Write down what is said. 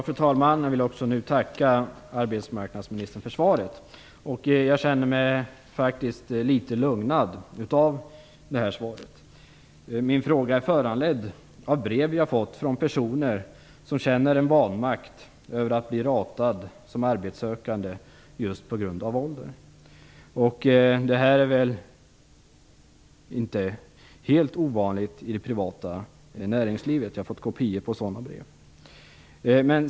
Fru talman! Jag vill också nu tacka arbetsmarknadsministern för svaret. Jag känner mig faktiskt litet lugnad av svaret. Min fråga är föranledd av brev jag har fått från personer som känner en vanmakt över att bli ratade som arbetssökanden just på grund av åldern. Det är väl inte helt ovanligt i det privata näringslivet. Jag har fått kopior på brev med det innehållet.